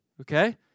okay